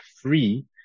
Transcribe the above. free